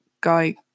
guy